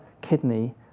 kidney